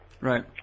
Right